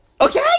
Okay